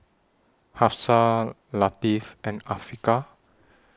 Hafsa Latif and Afiqah